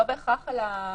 זה לא בהכרח על הייצוג,